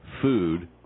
food